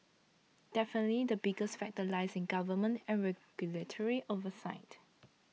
definitely the biggest factor lies in government and regulatory oversight